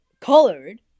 colored